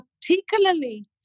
particularly